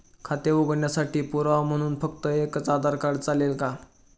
खाते उघडण्यासाठी पुरावा म्हणून फक्त एकच आधार कार्ड चालेल का?